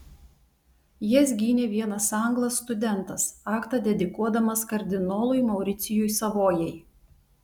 jas gynė vienas anglas studentas aktą dedikuodamas kardinolui mauricijui savojai